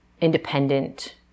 independent